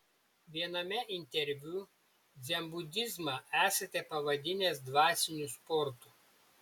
viename interviu dzenbudizmą esate pavadinęs dvasiniu sportu